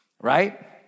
right